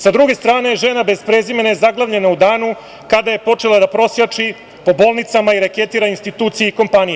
Sa druge strane, žena bez prezimena je zaglavljena u danu kada je počela da prosjači po bolnicama i reketira institucije i kompanije.